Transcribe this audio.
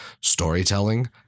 storytelling